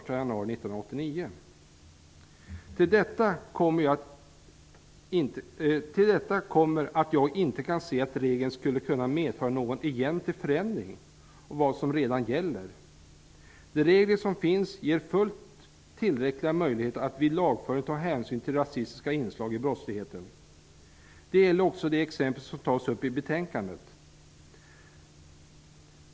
Till detta kommer att jag inte kan se att regeln skulle kunna medföra någon egentlig förändring av vad som redan gäller. De regler som finns ger fullt tillräckliga möjligheter att vid lagföringen ta hänsyn till rasistiska inslag i brottsligheten. Det gäller också de exempel som tas upp i betänkandet.